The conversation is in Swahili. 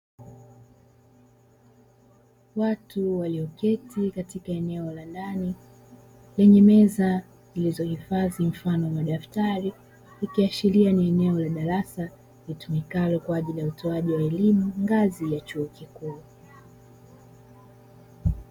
Watu walioketi katika eneo la ndani lenye meza zilizohifadhi mfano wa madaftari, ikiashiria ni eneo la darasa litumikalo kwa ajili ya utoaji wa elimu ngazi ya chuo kikuu.